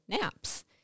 naps